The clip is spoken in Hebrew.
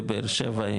בבאר שבע,